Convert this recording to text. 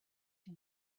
you